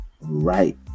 right